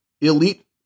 elite